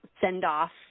send-off